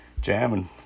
jamming